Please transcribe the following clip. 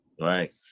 Right